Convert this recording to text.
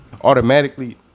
automatically